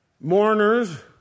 Mourners